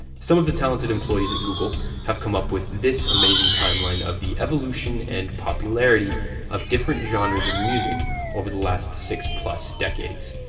some of the talented employees at google have come up with this amazing timeline of the evolution and popularity of different genres of music over the last six decades.